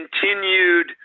continued